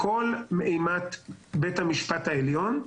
הכול מאימת בית המשפט העליון.